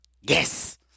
Yes